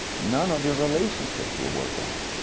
none of your relationships will work out.